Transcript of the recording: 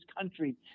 country